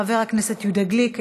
חבר הכנסת יהודה גליק,